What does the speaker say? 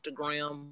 instagram